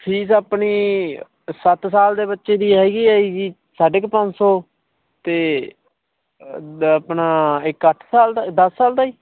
fees ਆਪਣੀ ਸੱਤ ਸਾਲ ਦੇ ਬੱਚੇ ਦੀ ਹੈਗੀ ਹੈ ਜੀ ਸਾਢੇ ਕੁ ਪੰਜ ਸੌ ਅਤੇ ਆਪਣਾ ਇੱਕ ਅੱਠ ਸਾਲ ਦਾ ਦਸ ਸਾਲ ਦਾ ਜੀ